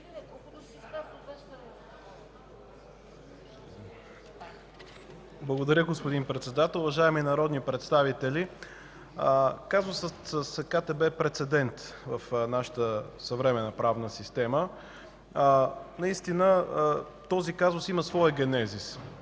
Благодаря, господин Председател. Уважаеми народни представители, казусът с КТБ е прецедент в нашата съвременна правна система. Наистина този казус има своя генезис